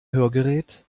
hörgerät